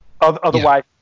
Otherwise